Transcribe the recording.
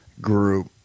group